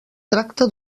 tracta